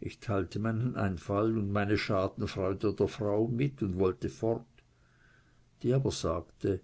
ich teilte meinen einfall und meine schadenfreude der frau mit und wollte fort die sagte